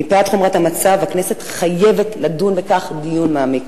מפאת חומרת המצב הכנסת חייבת לדון בכך דיון מעמיק.